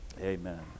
amen